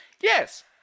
Yes